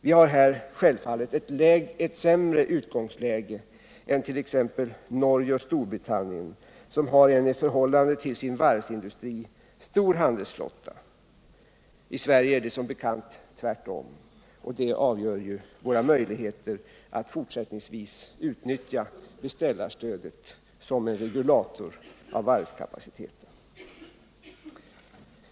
Vi har här självfallet ett sämre utgångsläge än t.ex. Norge och Storbritannien, som har en i förhållande till sin varvsindustri stor handelsflotta; i Sverige är det som bekant tvärtom, och det avgör ju våra möjligheter att fortsättningsvis utnyttja beställarstödet som en regulator av varvskapaciteten.